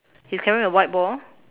he's carrying a white ball